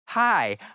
Hi